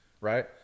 right